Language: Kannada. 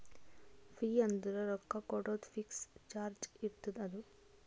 ಫೀ ಅಂದುರ್ ರೊಕ್ಕಾ ಕೊಡೋದು ಫಿಕ್ಸ್ ಚಾರ್ಜ್ ಇರ್ತುದ್ ಅದು